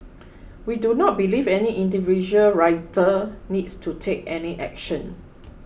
we do not believe any individual rider needs to take any action